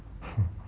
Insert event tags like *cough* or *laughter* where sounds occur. *laughs*